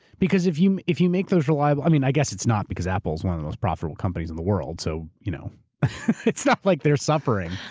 because if you if you make those. i but i mean, i guess it's not because apple's one the most profitable companies in the world. so you know it's not like they're suffering.